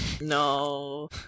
No